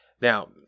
Now